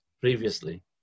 previously